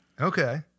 Okay